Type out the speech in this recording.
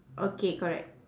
okay correct